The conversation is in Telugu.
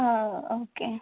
ఆ ఓకే